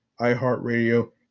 iHeartRadio